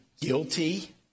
guilty